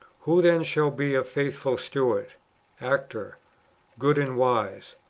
who then shall be a faithful steward actor good and wise,